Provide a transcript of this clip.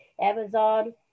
Amazon